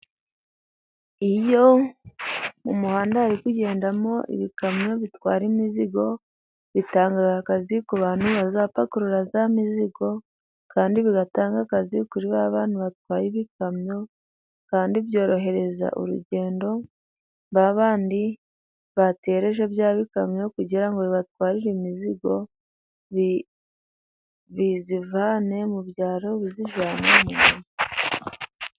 Iyo mu muhanda hari kugendamo ibikamyo bitwara imizigo, bitanga akazi ku bantu bazapakurura ya mizigo kandi bigatanga akazi kuri ba bantu batwaye bya bikamyo kandi byorohereza urugendo ba bandi batereje byakamyo kugira ngo bibatwarire imizigo bi biyivane mu byaro biyijyana mu mugi.